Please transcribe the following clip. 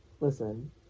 Listen